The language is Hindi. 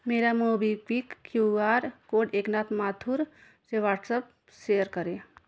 मेरा MobiKwik Q R code Eknath Mathur से वॉट्सएप शेयर करें